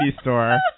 store